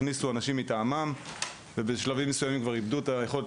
הכניסו אנשים מטעמם ובשלב מסוים הם איבדו את היכולת